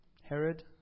Herod